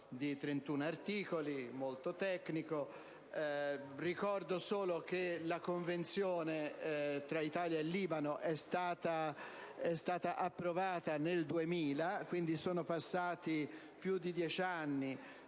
di 31 articoli, molto tecnico. Ricordo solo che la Convenzione tra Italia e Libano è stata approvata nel 2000, quindi sono passati più di dieci anni